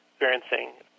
experiencing